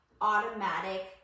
automatic